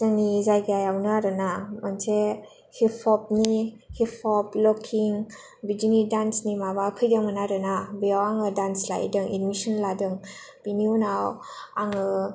जोंनि जायगायावनो आरोना मोनसे हिप हप लुकिं बिदिनि दान्सनि माबा फैदोंमोन आरोना बेयाव आं दान्स लाहैदों एडमिसन लादों बिनि उनाव आङो